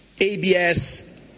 ABS